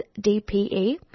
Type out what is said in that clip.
DPE